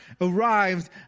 arrived